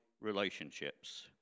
relationships